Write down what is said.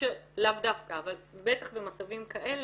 לאו דווקא, אבל בטח במצבים כאלה,